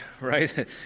right